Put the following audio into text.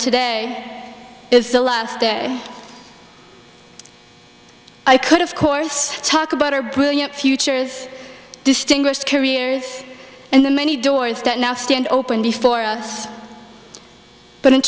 today is the last day i could of course talk about our brilliant futures distinguished careers and the many doors that now stand open before us but in